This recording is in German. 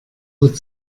wird